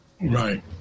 right